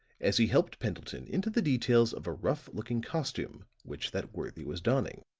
as he helped pendleton in the details of a rough-looking costume which that worthy was donning.